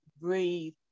breathe